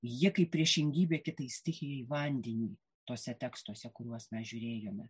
ji kaip priešingybė kitai stichijai vandeniui tuose tekstuose kuriuos mes žiūrėjome